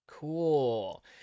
cool